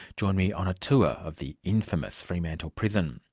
join me on a tour of the infamous fremantle prison.